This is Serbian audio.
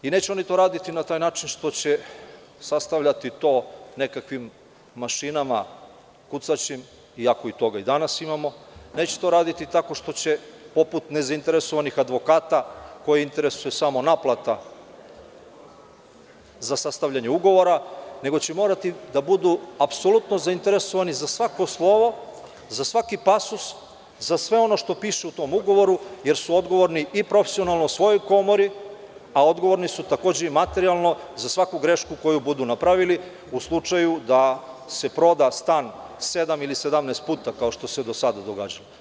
Neće oni to raditi na taj način što će sastavljati to nekakvim mašinama kucaćim, iako toga i danas imamo, neće to raditi poput nezainteresovanih advokata koje interesuje samo naplata za sastavljanje ugovora, nego će morati da budu apsolutno zainteresovani za svako slovo, za svaki pasus, za sve ono što piše u tom ugovoru, jer su odgovorni i profesionalno svojoj komori, a odgovorni su takođe i materijalno za svaku grešku koju budu napravili u slučaju da se proda stan sedam ili 17 puta, kao što se do sada događalo.